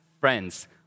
friends